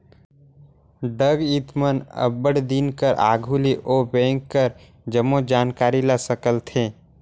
डकइत मन अब्बड़ दिन कर आघु ले ओ बेंक कर जम्मो जानकारी ल संकेलथें